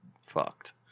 Fucked